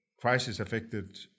crisis-affected